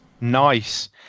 Nice